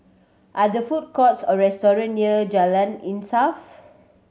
are there food courts or restaurant near Jalan Insaf